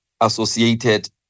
associated